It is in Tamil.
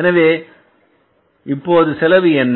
எனவே இப்போது செலவு என்ன